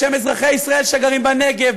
בשם אזרחי ישראל שגרים בנגב,